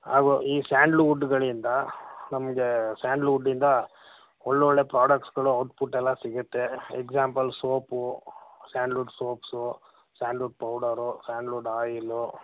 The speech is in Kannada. ಹಾಗೂ ಸ್ಯಾಂಡ್ಲ್ವುಡ್ಗಳಿಂದ ನಮಗೆ ಸ್ಯಾಂಡ್ಲ್ವುಡ್ಡಿಂದ ಒಳ್ಳೊಳ್ಳೆಯ ಪ್ರೋಡಕ್ಟ್ಸ್ಗಳು ಔಟ್ಪುಟ್ ಎಲ್ಲ ಸಿಗುತ್ತೆ example soap sandalwood soaps sandalwood powder sandalwood oil